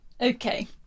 Okay